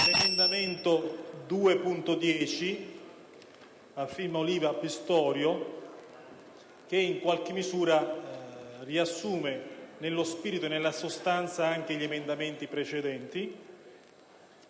l'emendamento 2.10, che in qualche misura riassume, nello spirito e nella sostanza, anche gli emendamenti precedenti.